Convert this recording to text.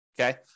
okay